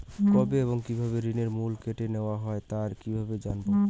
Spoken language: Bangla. কবে এবং কিভাবে ঋণের মূল্য কেটে নেওয়া হয় তা কিভাবে জানবো?